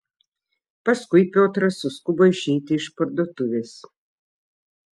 paskui piotras suskubo išeiti iš parduotuvės